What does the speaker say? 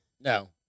No